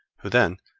who then,